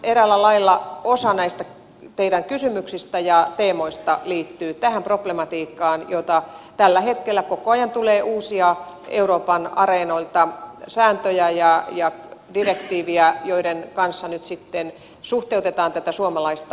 eräällä lailla osa näistä teidän kysymyksistänne ja teemoistanne liittyy tähän problematiikkaan että tällä hetkellä koko ajan tulee euroopan areenoilta uusia sääntöjä ja direktiivejä joiden kanssa nyt sitten suhteutetaan tätä suomalaista asumisperusteista sosiaaliturvaa